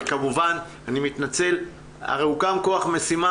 וכמובן אני מתנצל הרי הוקם כוח משימה